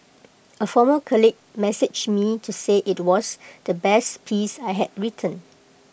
A former colleague messaged me to say IT was the best piece I had written